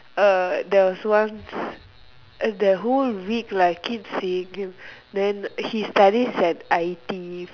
uh there's once then the whole week right I keep seeing him then he studies at I_T_E